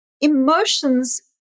Emotions